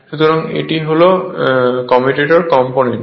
সুতরাং এটি commutator component